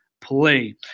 play